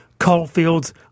Coalfields